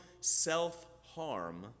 self-harm